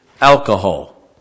alcohol